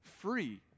Free